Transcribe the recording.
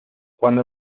cuando